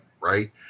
right